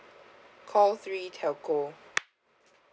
call three telco